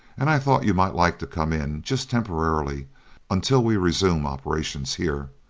and i thought you might like to come in just temporarily until we resume operations here.